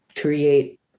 create